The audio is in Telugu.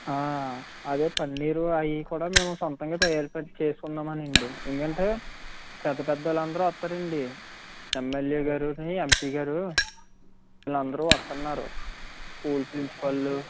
అదే పన్నీరు అయి కూడా మేము సొంతంగా తయారు చేసుకొందాము అని అండి ఎందుకు అంటే పెద్ద పెద్దలు అందరూ వస్తారండి ఎమ్మెల్యే గారు ఎమ్పి గారు వాళ్ళు అందరూ వస్తున్నారు స్కూల్ ప్రిన్సిపాల్ లు